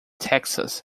texas